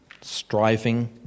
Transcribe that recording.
striving